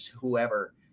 whoever